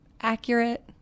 Accurate